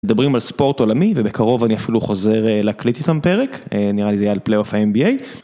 מדברים על ספורט עולמי, ובקרוב אני אפילו חוזר להקליט איתם פרק, נראה לי זה היה על פלייאוף ה-NBA.